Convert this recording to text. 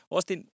Ostin